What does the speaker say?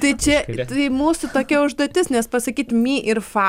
tai čia tai mūsų tokia užduotis nes pasakyt mi ir fa